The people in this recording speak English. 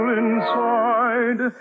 inside